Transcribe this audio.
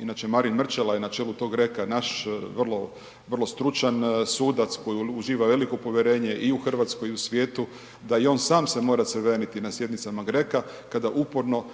inače Marin Mrčela je na čelu tog GRECO-a, naš vrlo stručan sudac koji uživa veliko povjerenje i u Hrvatskoj i u svijetu da i on sam se mora crveniti na sjednicama GRECO-a kada uporno